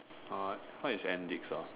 uh what is endix ah